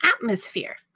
atmosphere